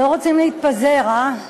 לא רוצים להתפזר, הא?